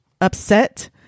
upset